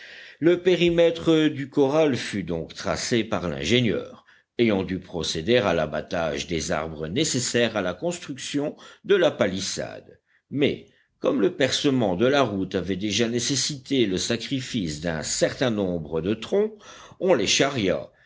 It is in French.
le périmètre du corral fut donc tracé par l'ingénieur et on dut procéder à l'abattage des arbres nécessaires à la construction de la palissade mais comme le percement de la route avait déjà nécessité le sacrifice d'un certain nombre de troncs on les